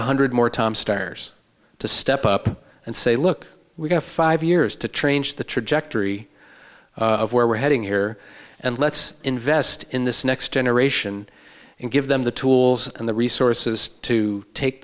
one hundred more tom stars to step up and say look we've got five years to train the trajectory of where we're heading here and let's invest in this next generation and give them the tools and the resources to take